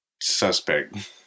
suspect